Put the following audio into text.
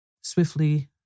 Swiftly